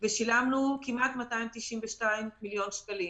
שילמנו כמעט 292 מיליון שקלים.